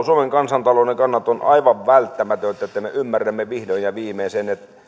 suomen kansantalouden kannalta on aivan välttämätöntä että me ymmärrämme vihdoin ja viimein sen että